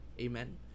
amen